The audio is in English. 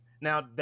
Now